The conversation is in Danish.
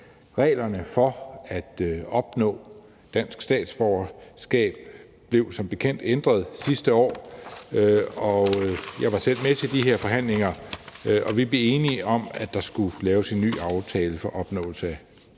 Reglerne for at opnå dansk statsborgerskab blev som bekendt ændret sidste år, og jeg var selv med til de her forhandlinger, og vi blev enige om, at der skulle laves en ny aftale for opnåelse af